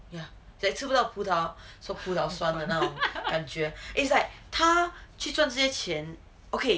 ya like 吃不到葡萄说葡萄酸的那种感觉 it's like 他去赚这些钱 okay